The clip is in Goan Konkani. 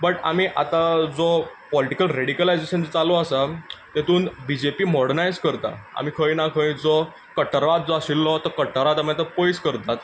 बट आमी आतां जो पॉलिटिकल रेडीकलायजेशन जो चालू आसा तितूंत बी जे पी मॉडर्नायज करता आमी खंय ना खंय जो कट्टरवाद जो आशिल्लो तो कट्टरवाद मागीर तो पयस करतात